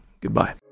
goodbye